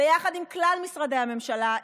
ביחד עם כלל משרדי הממשלה,